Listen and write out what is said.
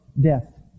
death